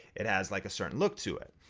it has like a certain look to it.